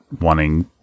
wanting